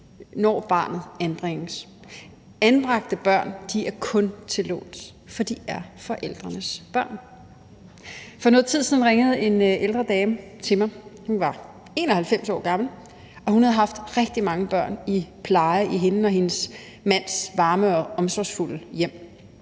når barnet anbringes. Anbragte børn er kun til låns, for de er forældrenes børn. For noget tid siden ringede en ældre dame til mig. Hun var 91 år gammel, og hun har haft rigtig mange børn i pleje i hende og hendes mands varme og omsorgsfulde hjem.